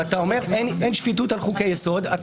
אם אתה אומר שאין שפיטות על חוקי יסוד אתה